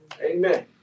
Amen